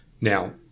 Now